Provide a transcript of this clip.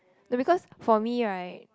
no because for me right